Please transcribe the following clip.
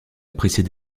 appréciés